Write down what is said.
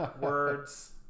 words